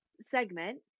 segment